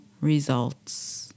results